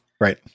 right